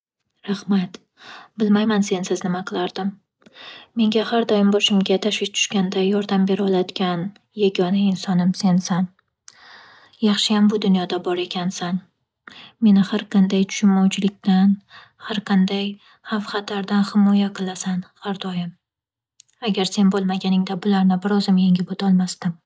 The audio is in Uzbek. Rahmat! Bilmayman sensiz nima qilardim. Menga har doim boshimga tashvish tushganda yordam beroladigan yagona insonim sensan. Yaxshiyam, bu dunyoda bor ekansan. Meni har qanday tushunmovchilikdan, har qanday xavf- xatardan ximoya qilasan har doim. Agar sen bo'lmaganingda bularni bir o'zim yengib o'tolmasdim.